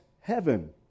heaven